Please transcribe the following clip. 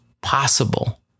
Possible